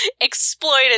exploited